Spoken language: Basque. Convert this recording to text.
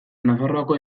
nafarroako